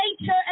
nature